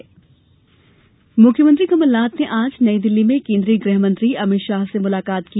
अमित नाथ मुख्यमंत्री कमलनाथ ने आज नई दिल्ली में केन्द्रीय गृहमंत्री अमित शाह से मुलाकात की